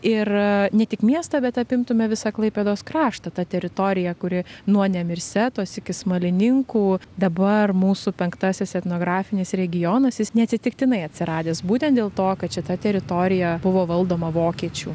ir ne tik miestą bet apimtume visą klaipėdos kraštą tą teritoriją kuri nuo nemirsetos iki smalininkų dabar mūsų penktasis etnografinis regionas jis neatsitiktinai atsiradęs būtent dėl to kad šita teritorija buvo valdoma vokiečių